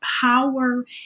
power